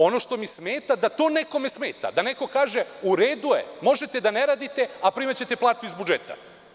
Ono što mi smeta je da to nekome smeta, da neko kaže – u redu je, možete da ne radite, a primaćete platu iz budžeta.